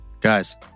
Guys